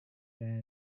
than